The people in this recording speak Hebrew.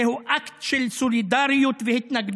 זהו אקט של סולידריות והתנגדות,